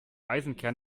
eisenkern